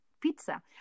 pizza